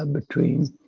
ah between.